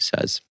says